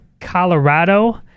Colorado